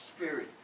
spirit